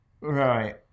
Right